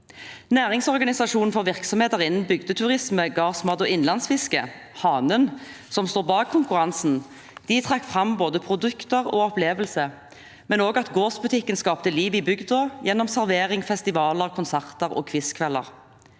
Næringsorganisasjonen for virksomheter innen bygdeturisme, gårdsmat og innlandsfiske, HANEN, som står bak konkurransen, trakk fram både produkter, opplevelsen og at gårdsbutikken skapte liv i bygda gjennom servering, festivaler, konserter og quizkvelder.